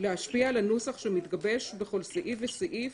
להשפיע על הנוסח שמתגבש בכל סעיף וסעיף